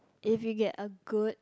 if you get a good